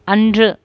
அன்று